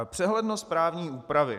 Přehlednost právní úpravy.